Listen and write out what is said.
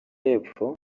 y’epfo